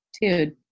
dude